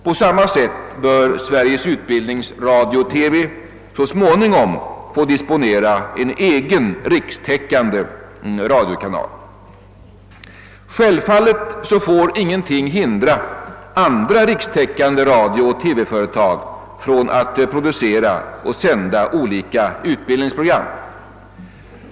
På samma sätt bör Sveriges Utbildningsradio-TV så småningom få disponera en egen rikstäckande radiokanal. Självfallet får ingenting hindra rikstäckande radiooch TV-företag från att producera och sända olika utbildningsprogram.